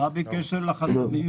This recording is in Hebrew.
מה בקשר לחסמים